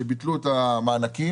כשביטלו את המענקים,